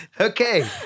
Okay